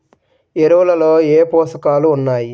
ఎరువులలో ఏ పోషకాలు ఉన్నాయి?